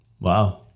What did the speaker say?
wow